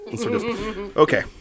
Okay